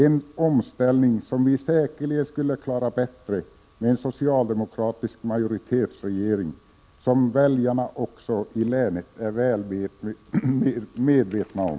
En omställning som vi skulle klara bättre med en socialdemokratisk majoritetsregering, vilket väljarna i länet också är väl medvetna om.